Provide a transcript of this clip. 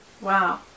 wow